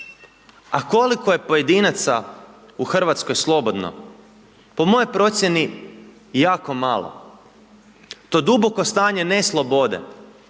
A koliko je pojedinaca u Hrvatskoj slobodno? Po mojoj procjeni jako malo. To duboko stanje ne slobode,